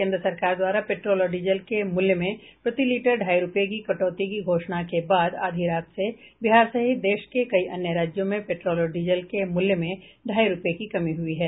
केंद्र सरकार द्वारा पेट्रोल और डीजल के मूल्य में प्रति लीटर ढाई रुपये की कटौती की घोषणा के बाद आधी रात से बिहार सहित देश के कई अन्य राज्यों में पेट्रोल और डीजल के मूल्य में ढाई रूपये की कमी हुई है